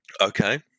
Okay